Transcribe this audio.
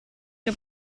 che